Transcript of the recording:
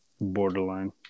borderline